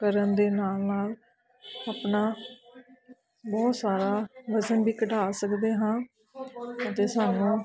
ਕਰਨ ਦੇ ਨਾਲ ਨਾਲ ਆਪਣਾ ਬਹੁਤ ਸਾਰਾ ਵਜ਼ਨ ਵੀ ਘਟਾ ਸਕਦੇ ਹਾਂ ਅਤੇ ਸਾਨੂੰ